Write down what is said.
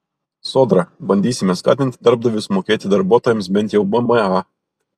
sodra bandysime skatinti darbdavius mokėti darbuotojams bent jau mma